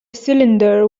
cylinder